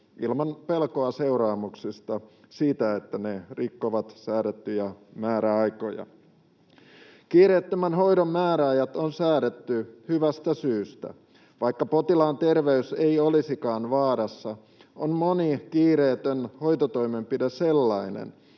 ilman pelkoa seuraamuksista siitä, että ne rikkovat säädettyjä määräaikoja. Kiireettömän hoidon määräajat on säädetty hyvästä syystä. Vaikka potilaan terveys ei olisikaan vaarassa, on moni kiireetön hoitotoimenpide sellainen,